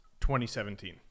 2017